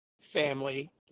family